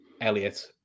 Elliot